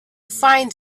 find